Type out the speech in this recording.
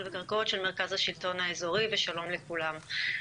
וקרקעות של מרכז השלטון האזורי ושלום לכולם.